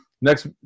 Next